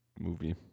movie